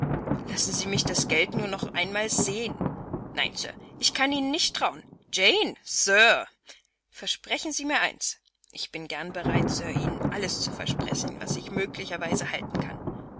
lassen sie mich das geld nur noch einmal sehen nein sir ich kann ihnen nicht trauen jane sir versprechen sie mir eins ich bin gern bereit sir ihnen alles zu versprechen was ich möglicherweise halten kann